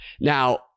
now